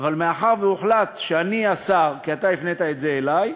בבקשה, אחרון הדוברים, ואחריו ישיב השר גלעד ארדן.